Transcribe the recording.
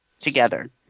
together